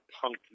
punk